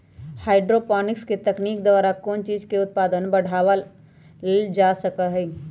hydroponics तकनीक द्वारा कौन चीज के उत्पादन बढ़ावल जा सका हई